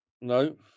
no